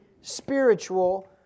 spiritual